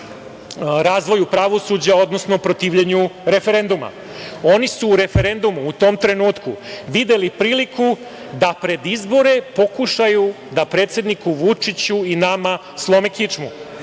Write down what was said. razvoju pravosuđa, odnosno protivljenju referenduma. Oni su u referendumu u tom trenutku, videli priliku, da pred izbore pokušaju da predsedniku Vučiću i nama slome kičmu.